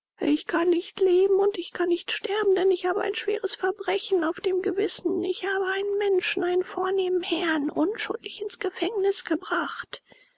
ich kann nicht leben und ich kann nicht sterben denn ich habe ein schweres verbrechen auf dem gewissen ich habe einen menschen einen vornehmen herrn unschuldig ins gefängnis gebracht